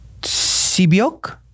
Sibyok